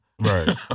Right